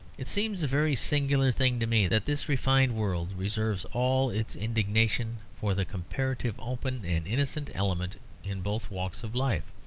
it seems a very singular thing to me that this refined world reserves all its indignation for the comparatively open and innocent element in both walks of life.